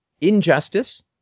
injustice